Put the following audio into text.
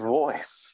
voice